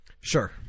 Sure